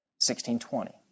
1620